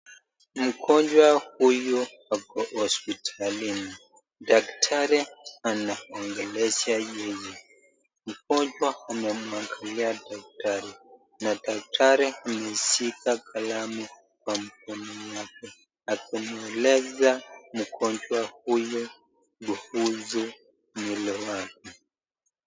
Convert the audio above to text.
Mgonjwa huyu ako hospitalini daktari anaongelesha yeye, mgonjwa anaangalia daktari na daktari ameshika kalamu Kwa mkono wake akimwekesa mgonjwa huyu kuhusu mwili wake.